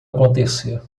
acontecer